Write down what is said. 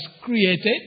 created